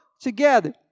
together